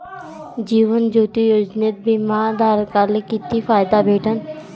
जीवन ज्योती योजनेत बिमा धारकाले किती फायदा भेटन?